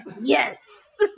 Yes